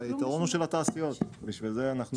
היתרון הוא של התעשיות, בשביל זה אנחנו.